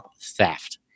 theft